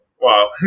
Wow